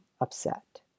upset